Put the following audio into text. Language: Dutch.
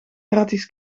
gratis